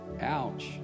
ouch